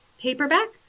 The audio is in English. paperback